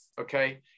Okay